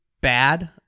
bad